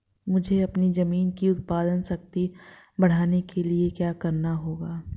मुझे अपनी ज़मीन की उत्पादन शक्ति बढ़ाने के लिए क्या करना होगा?